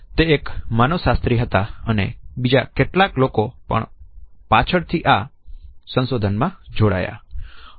તે એક માનવશાસ્ત્રી હતા અને બીજા કેટલાક લોકો પણ પાછળ થી આ સંશોધન માં જોડાયા